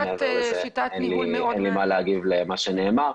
שיטת ניהול מאוד -- מעבר לזה אין לי מה להגיב למה שנאמר.